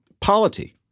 polity